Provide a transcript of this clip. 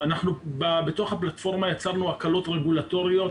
בתוך הפלטפורמה יצרנו הקלות רגולטוריות